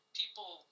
people